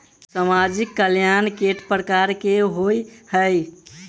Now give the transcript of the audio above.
सामाजिक कल्याण केट प्रकार केँ होइ है?